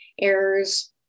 errors